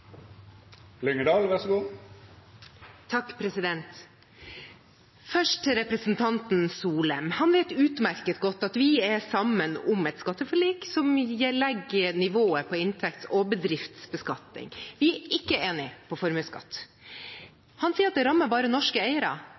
sammen om et skatteforlik som legger nivået på inntekts- og bedriftsbeskatning. Vi er ikke enige når det gjelder formuesskatt. Han sier at den bare rammer norske eiere.